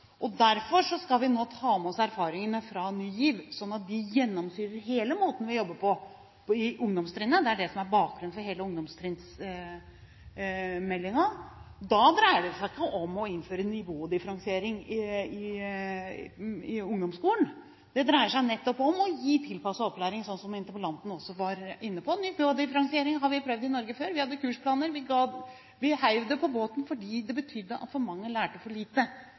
Derfor skal vi nå ta med oss erfaringene fra Ny GIV, slik at de gjennomsyrer hele måten vi jobber på på ungdomstrinnet. Det er det som er bakgrunnen for hele meldingen om ungdomstrinnet. Da dreier det seg ikke om å innføre nivådifferensiering i ungdomsskolen. Det dreier seg nettopp om å gi tilpasset opplæring, sånn som interpellanten også var inne på. Nivådifferensiering har vi prøvd i Norge før. Vi hadde kursplaner, men vi heiv det på båten fordi det betydde at for mange lærte for lite,